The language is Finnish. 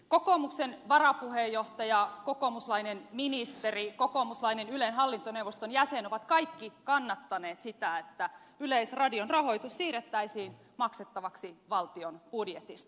kokoomuksen varapuheenjohtaja kokoomuslainen ministeri kokoomuslainen ylen hallintoneuvoston jäsen ovat kaikki kannattaneet sitä että yleisradion rahoitus siirrettäisiin maksettavaksi valtion budjetista